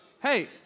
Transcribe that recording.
Hey